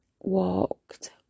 walked